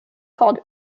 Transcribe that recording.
called